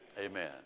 amen